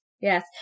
yes